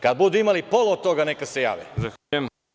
Kada budu imali pola od toga, neka se jave.